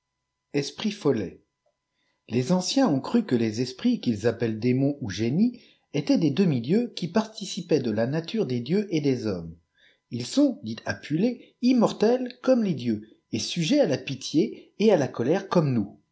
esprits fouts les anciens ont cru que les esprits qu'ils appellent des démons ou génie étaient des demi-dieux qui participaient de la nature des dieux et des hommes ils sont dit appulée immortels comme tes dieux et sujets à la pitié et à la colère comme nous